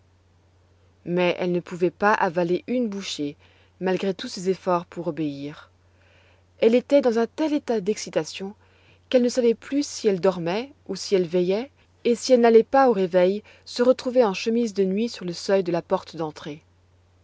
mais elle ne pouvait pas avaler une bouchée malgré tous ses efforts pour obéir elle était dans un tel état d'excitation quelle ne savait plus si elle dormait ou si elle veillait et si elle n'allait pas au réveil se retrouver en chemise de nuit sur le seuil de la porte d'entrée